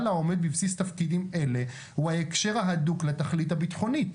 העומד בבסיס תפקידים אלה הוא ההקשר ההדוק לתכלית הביטחונית.